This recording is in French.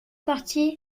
parti